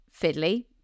fiddly